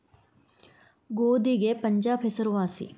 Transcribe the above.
ಗೋಧಿಗೆ ಪಂಜಾಬ್ ಹೆಸರು ವಾಸಿ